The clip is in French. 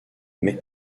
mais